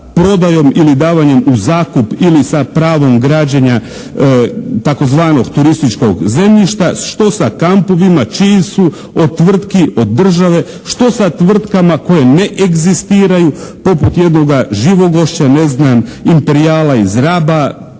ili davanjem u zakup ili sa pravom građenja tzv. turističkog zemljišta, što sa kampovima, čiji su, o tvrtki od države, što sa tvrtkama koje ne egzistiraju poput jednoga "Živogošća", ne znam "Imperijala" iz Raba,